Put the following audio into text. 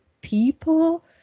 people